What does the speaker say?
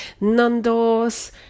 Nando's